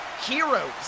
heroes